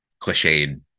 cliched